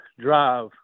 drive